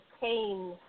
pain